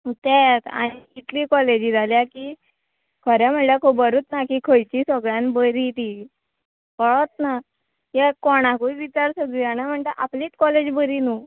तेंत आनी कितली कॉलेजी जाल्या की खरें म्हळ्ळ्या खबरूत ना की खंयची सगळ्यान बरी ती कळत ना यें कोणाकूय विचार सगळीं जाणां म्हणटा आपलीत कॉलेज बरी न्हू